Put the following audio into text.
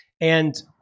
And-